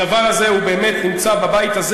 הדבר הזה באמת נמצא בבית הזה